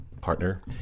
partner